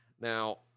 Now